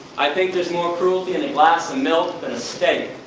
i think there is more cruelty in a glass of milk than a steak.